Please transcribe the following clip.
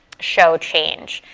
show change.